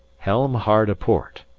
helm hard a-port,